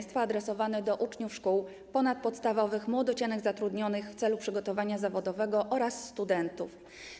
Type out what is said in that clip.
Jest on adresowany do uczniów szkół ponadpodstawowych, młodocianych zatrudnionych - w celu przygotowania zawodowego, a także studentów.